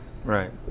Right